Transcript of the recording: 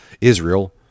Israel